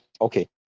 Okay